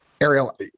Ariel